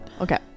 Okay